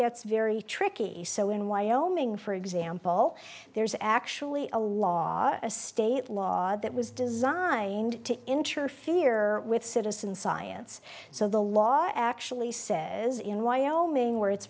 gets very tricky so in wyoming for example there's actually a law a state law that was designed to interfere with citizen science so the law actually says in wyoming where it's